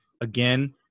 again